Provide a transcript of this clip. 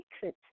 secret